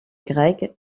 grec